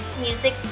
music